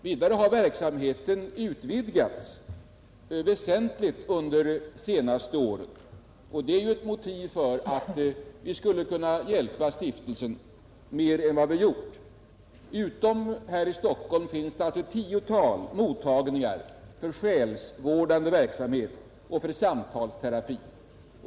Vidare har verksamheten utvidgats väsentligt under de senaste åren, och det är ju ett motiv för att vi skulle kunna hjälpa stiftelsen mer än vad vi gjort. Förutom verksamheten i Stockholm finns det alltså ett tiotal mottagningar för själsvårdande verksamhet och för samtalsterapi.